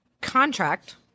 contract